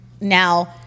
Now